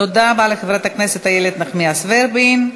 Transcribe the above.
תודה רבה לחברת הכנסת איילת נחמיאס ורבין.